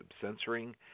censoring